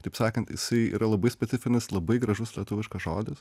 taip sakant jisai yra labai specifinis labai gražus lietuviškas žodis